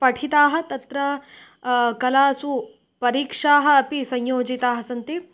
पठिताः तत्र कलासु परीक्षाः अपि संयोजिताः सन्ति